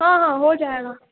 ہاں ہاں ہو جائے گا